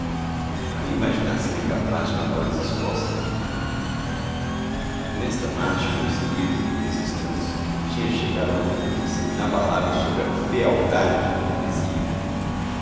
a imaginação é capaz de maiores esforços ainda nesta marcha o meu espirito em alguns instantes tinha chegado a uma convicção inabalável sobre a fealdade de minha vizinha